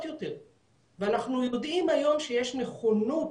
יותר ואנחנו יודעים היום שיש נכונות